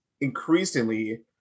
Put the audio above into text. increasingly